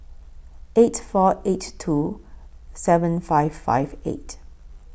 eight four eight two seven five five eight